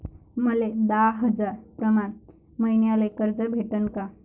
मले दहा हजार प्रमाण मईन्याले कर्ज भेटन का?